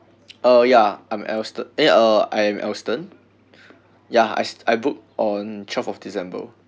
uh ya I'm als~ eh uh I'm alston ya I I book on twelve of december